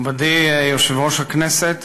מכובדי יושב-ראש הכנסת